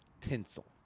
Tinsel